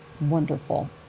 Wonderful